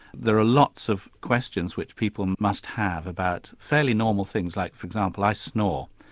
there are lots of questions which people must have about fairly normal things. like for example, i snore,